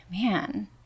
man